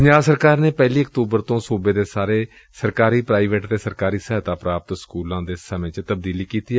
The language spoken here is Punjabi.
ਪੰਜਾਬ ਸਰਕਾਰ ਨੇ ਪਹਿਲੀ ਅਕਤੂਬਰ ਤੋਂ ਸੂਬੇ ਦੇ ਸਾਰੇ ਸਰਕਾਰੀ ਪ੍ਾਈਵੇਟ ਅਤੇ ਸਰਕਾਰੀ ਸਹਾਇਤਾ ਪ੍ਰਾਪਤ ਸਕੁਲਾਂ ਦੇ ਸਮੇਂ ਚ ਤਬਦੀਲੀ ਕੀਤੀ ਏ